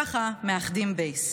ככה מאחדים בייס.